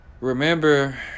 Remember